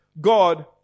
God